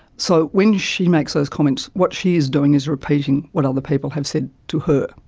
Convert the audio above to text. so when she makes those comments, what she is doing is repeating what other people have said to her.